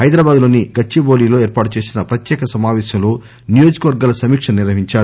హైదరాబాద్ లోని గచ్చిబాలిలో ఏర్పాటు చేసిన ప్రత్యేక సమాపేశంలో నియోజక వర్గాల సమీక్ష నిర్వహించారు